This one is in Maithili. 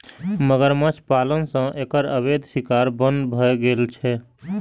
मगरमच्छ पालन सं एकर अवैध शिकार बन्न भए गेल छै